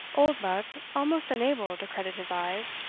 oldbuck, almost unable to credit his eyes,